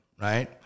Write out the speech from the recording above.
right